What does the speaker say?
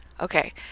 okay